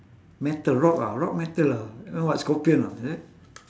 metal rock ah rock metal ah uh what scorpion ah is it